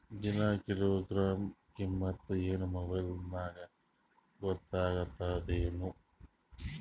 ದಿನಾ ಕಿಲೋಗ್ರಾಂ ಕಿಮ್ಮತ್ ಏನ್ ಮೊಬೈಲ್ ನ್ಯಾಗ ಗೊತ್ತಾಗತ್ತದೇನು?